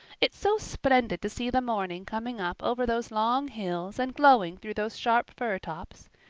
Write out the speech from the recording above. it's so splendid to see the morning coming up over those long hills and glowing through those sharp fir tops.